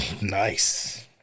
Nice